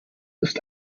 ist